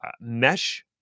mesh